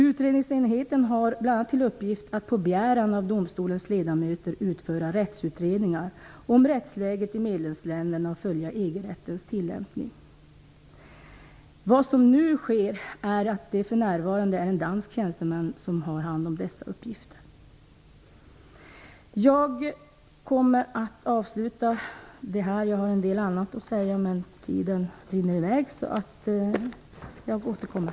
Utredningsenheten har bl.a. till uppgift att på begäran av domstolens ledamöter utföra rättsutredningar om rättsläget i medlemsländerna och följa EG-rättens tillämpning. För närvarande har en dansk tjänsteman hand om dessa uppgifter. Jag har en del annat att säga, men tiden rinner i väg. Jag återkommer.